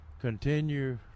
continue